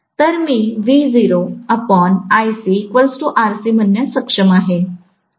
तर मीम्हणण्यास सक्षम आहे आणि